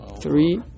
Three